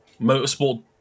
motorsport